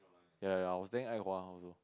ya ya I was thinking Ai Hua also